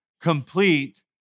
Complete